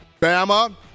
Bama